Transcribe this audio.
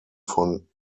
von